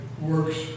works